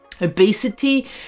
Obesity